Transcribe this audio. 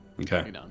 Okay